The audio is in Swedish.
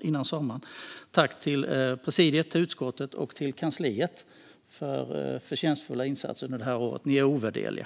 innan sommaren. Jag tackar även presidiet och utskottskansliet för förtjänstfulla insatser under detta år. Ni är ovärderliga.